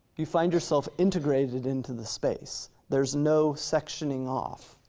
you find yourself integrated into the space. there's no sectioning off,